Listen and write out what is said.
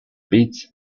beads